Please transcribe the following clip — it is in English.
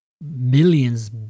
millions